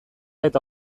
eta